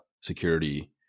security